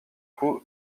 coup